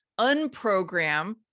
unprogram